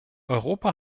europa